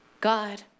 God